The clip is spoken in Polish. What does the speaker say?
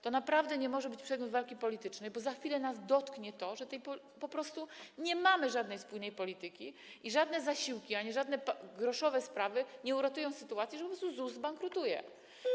To naprawdę nie może być przedmiot walki politycznej, bo za chwilę dotknie nas to, że po prostu nie mamy żadnej spójnej polityki i żadne zasiłki ani żadne groszowe sprawy nie uratują sytuacji, że po prostu ZUS zbankrutuje.